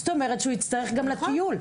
זאת אומרת שהוא יצטרך גם לטיול,